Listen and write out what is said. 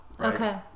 Okay